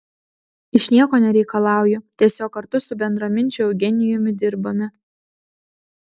iš nieko nereikalauju tiesiog kartu su bendraminčiu eugenijumi dirbame